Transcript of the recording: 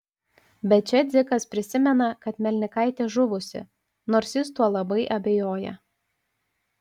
bet čia dzikas prisimena kad melnikaitė žuvusi nors jis tuo labai abejoja